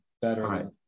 better